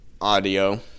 audio